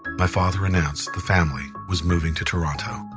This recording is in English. my father announced the family was moving to toronto.